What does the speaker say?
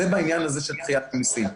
זה בעניין הזה של דחיית מיסים.